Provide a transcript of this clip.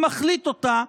אם אחליט אותה,